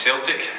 Celtic